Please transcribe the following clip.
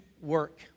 work